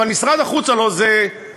אבל משרד החוץ הלוא פרוץ,